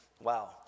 Wow